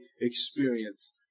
experience